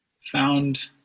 found